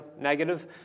negative